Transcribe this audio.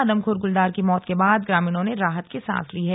आदमखोर गुलदार की मौत के बाद ग्रामीणों ने राहत की सांस ली है